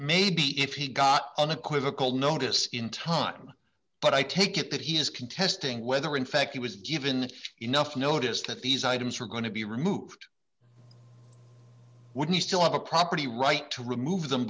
maybe if he got unequivocal notice in time but i take it that he is contesting whether in fact he was given enough notice that these items are going to be removed when you still have the property right to remove them